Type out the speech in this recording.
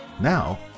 Now